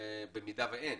במידה ואין,